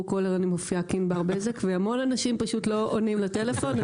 מופיעה כענבר בזק והמון אנשים פשוט לא עונים לטלפון.